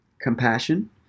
compassion